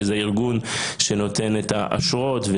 שזה ארגון שנותן את האשרות.